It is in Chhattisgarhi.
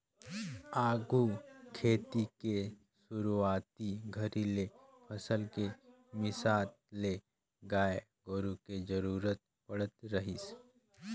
आघु खेती के सुरूवाती घरी ले फसल के मिसात ले गाय गोरु के जरूरत पड़त रहीस